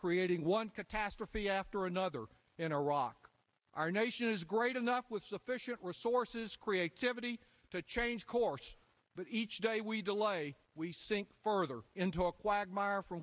creating one catastrophe after another in iraq our nation is great enough with sufficient resources creativity to change course but each day we delay we sink further into a quagmire f